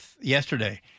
yesterday